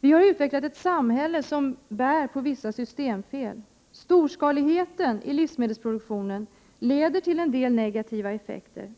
Vi har utvecklat ett samhälle som bär på vissa systemfel. Storskaligheten i livsmedelsproduktionen leder till en del negativa effekter.